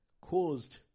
caused